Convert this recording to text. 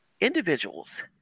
individuals